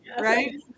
right